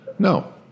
No